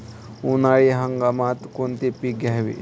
उन्हाळी हंगामात कोणती पिके घ्यावीत?